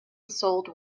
sold